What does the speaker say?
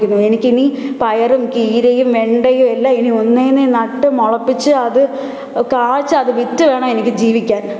എനിക്ക് ഇനി പയറും കീരയും വെണ്ടയും എല്ലാം ഇനി ഒന്നിൽ നിന്ന് നട്ട് മുളപ്പിച്ച് അത് കായ്ച്ച് അത് വിറ്റ് വേണം എനിക്ക് ജീവിക്കാൻ